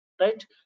right